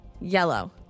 Yellow